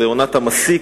זה עונת המסיק,